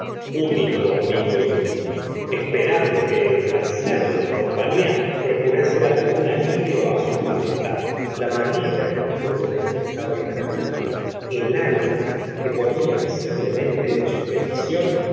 único amigo íntimo esperando que el placer de mi compañía procurase algún alivio a su malestar la manera en que todo esto estaba redactado el alma que ponía visiblemente en su petición